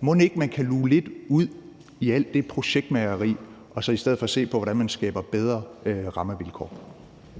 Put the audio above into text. mon ikke man kan luge lidt ud i alt det projektmageri og så i stedet for se på, hvordan man skaber bedre rammevilkår?